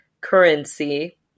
currency